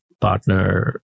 partner